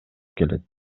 келет